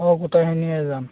অঁ গোটেইখিনিয়ে যাম